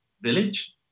village